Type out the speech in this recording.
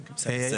כן, בסדר.